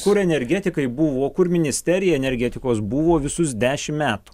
kur energetikai buvo kur ministerija energetikos buvo visus dešimt metų